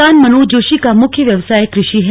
किसान मनोज जोशी का मुख्य व्यवसाय क्रषि है